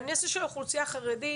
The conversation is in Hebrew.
בנושא של האוכלוסייה החרדית,